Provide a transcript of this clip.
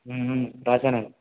రాసాను అండి